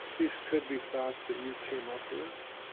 these could be thoughts that you came up with,